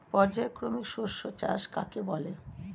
পর্যায়ক্রমিক শস্য চাষ কাকে বলে?